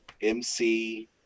MC